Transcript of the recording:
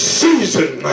season